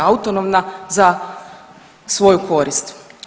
Autonomna za svoju korist.